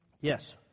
Yes